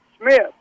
Smith